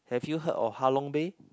have you heard of Halong Bay